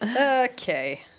okay